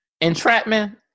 Entrapment